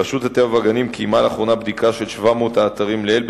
רשות הטבע והגנים קיימה לאחרונה בדיקה של 700 האתרים לעיל,